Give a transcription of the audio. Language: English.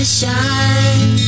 shine